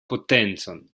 potencon